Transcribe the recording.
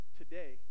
today